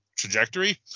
trajectory